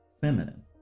feminine